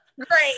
Great